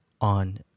on